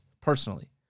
personally